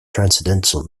transcendental